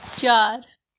चार